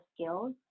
skills